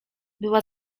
była